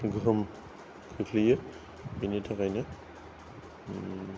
गोहोम खोख्लैयो बिनि थाखायनो